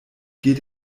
geht